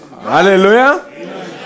Hallelujah